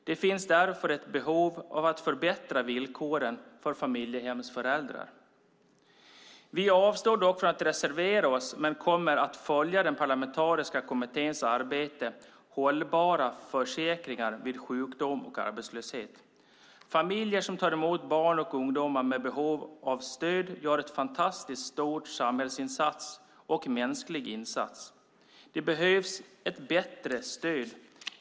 Det finns därför ett behov av att förbättra villkoren för familjehemsföräldrar. Vi avstår från att reservera oss, men kommer att följa den parlamentariska kommitténs arbete med hållbara försäkringar vid sjukdom och arbetslöshet. Familjer som tar emot barn och unga med behov av stöd gör en fantastiskt stor samhällsinsats och mänsklig insats. Det behövs ett bättre stöd.